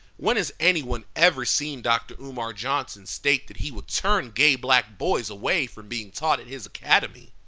when has anyone ever seen dr. umar johnson state that he would turn gay black boys away from being taught at his academy?